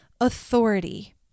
authority